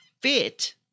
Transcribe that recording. fit